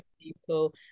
people